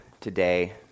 today